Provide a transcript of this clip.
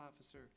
officer